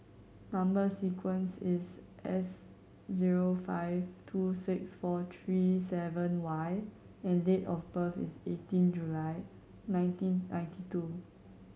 number sequence is S zero five two six four three seven Y and date of birth is eighteen July nineteen ninety two